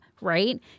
right